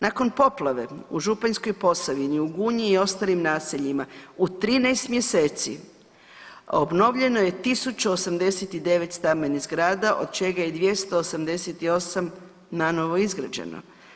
Nakon poplave u županjskoj Posavini u Gunji i ostalim naseljima u 13 mjeseci obnovljeno je 1089 stambenih zgrada od čega je 288 nanovo izgrađeno.